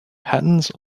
patterns